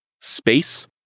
space